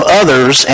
others